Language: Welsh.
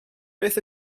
beth